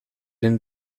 den